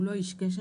הוא לא איש קשר.